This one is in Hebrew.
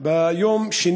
לכשלי